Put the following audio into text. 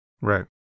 Right